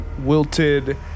wilted